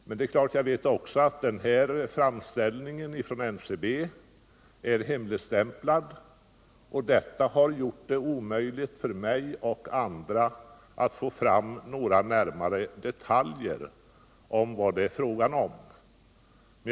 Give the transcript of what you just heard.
Men jag vet också att den här framställningen från NCB är hemligstämplad, och detta har gjort det omöjligt för mig och andra att få fram några närmare detaljer om vad det är fråga om.